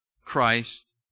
Christ